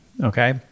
Okay